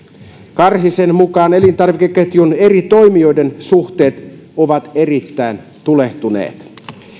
karhisen mukaan elintarvikeketjun eri toimijoiden suhteet ovat erittäin tulehtuneet